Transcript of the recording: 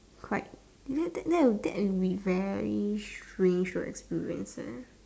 quite that that would be very strange reaction